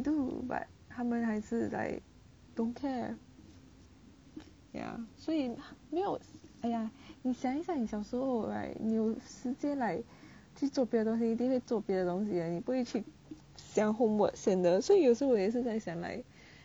they do but 他们还是 like don't care ya 所以没有哎呀你想一想你小时候 like 有时间 like 去做别的东西一定会做别的东西你不会去想 homework 先所以有时候我也是在想 like